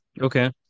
Okay